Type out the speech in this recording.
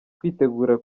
kwitegura